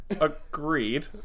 Agreed